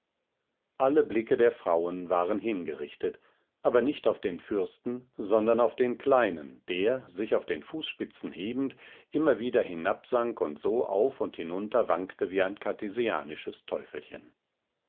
alle blicke der frauen waren hingerichtet aber nicht auf den fürsten sondern auf den kleinen der sich auf den fußspitzen hebend immer wieder hinabsank und so hinauf und hinunter wankte wie ein cartesianisches teufelchen